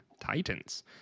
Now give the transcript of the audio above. Titans